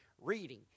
reading